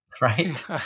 right